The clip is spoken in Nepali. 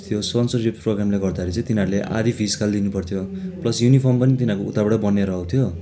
त्यो स्पोन्सरसिप प्रोगामले गर्दाखेरि चाहिँ तिनीहरूले आधा फिस खलि दिनुपर्थ्यो प्लस युनिफर्म पनि तिनीहरूको उताबाटै बनिएर आउँथ्यो